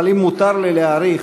אבל אם מותר לי להעריך,